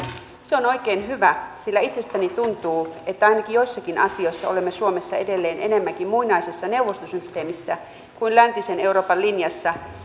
se on oikein hyvä sillä itsestäni tuntuu että ainakin joissakin asioissa olemme suomessa edelleen enemmänkin muinaisessa neuvostosysteemissä kuin läntisen euroopan linjassa